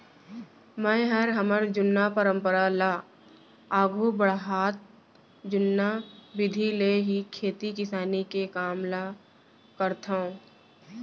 मैंहर हमर जुन्ना परंपरा ल आघू बढ़ात जुन्ना बिधि ले ही खेती किसानी के काम ल करथंव